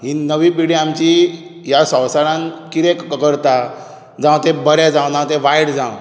ही नवी पिढी आमची ह्या संसारांत कितें करता जावं तें बरें जावं जे वायट जावं